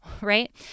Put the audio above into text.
right